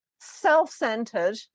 self-centered